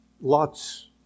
Lot's